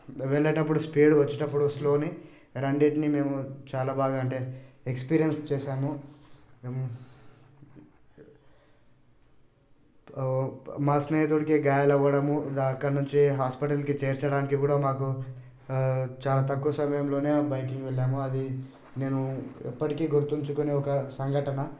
వెళ్లేటప్పుడు స్పీడ్ వచ్చేటప్పుడు స్లోని రెండిటిని మేము చాలా బాగా అంటే ఎక్స్పీరియన్స్ చేశాము మా స్నేహితుడికి గాయాలు అవ్వడం ఇంకా అక్కడి నుంచి హాస్పిటల్కి చేర్చడానికి కూడా మాకు చాలా తక్కువ సమయంలోనే ఆ బైకింగ్ వెళ్ళాము అది నేను ఎప్పటికీ గుర్తుంచుకునే ఒక సంఘటన